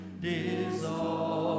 dissolve